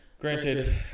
Granted